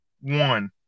one